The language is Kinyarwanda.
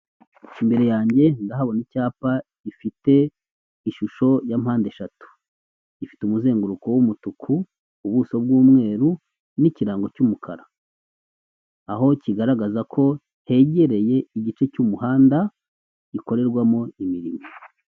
Imbere yanjye ndahabona icyapa gifite ishusho ya mpande eshatu, gifite umuzenguruko w'umutuku, ubuso bw'umweru n'ikirango cy'umukara. Aho kigaragaza ko hegereye igice cy'umuhanda gikorerwamo imirimo.